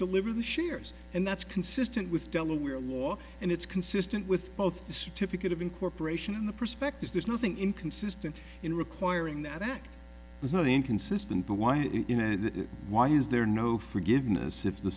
deliver the shares and that's consistent with delaware law and it's consistent with both the certificate of incorporation and the prospectus there's nothing inconsistent in requiring that act was not inconsistent but why is why is there no forgiveness if the